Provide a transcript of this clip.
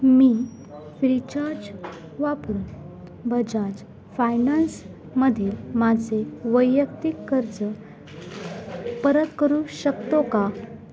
मी Freecharge वापरून Bajaj finance मधील माझे वैयक्तिक कर्ज परत करू शकतो का